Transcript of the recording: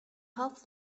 half